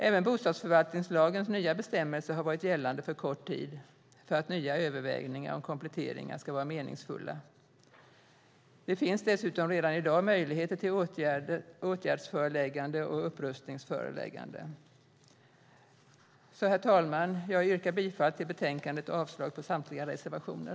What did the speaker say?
Även bostadsförvaltningslagens nya bestämmelser har varit gällande för kort tid för att nya övervägningar om kompletteringar ska vara meningsfulla. Det finns dessutom redan i dag möjligheter till åtgärds och upprustningsföreläggande. Herr talman! Jag yrkar bifall till utskottets förslag i betänkandet och avslag på samtliga reservationer.